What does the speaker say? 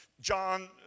John